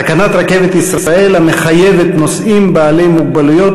תקנת רכבת ישראל המחייבת בעלי מוגבלויות